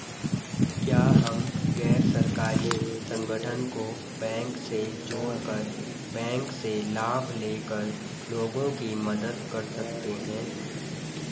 क्या हम गैर सरकारी संगठन को बैंक से जोड़ कर बैंक से लाभ ले कर लोगों की मदद कर सकते हैं?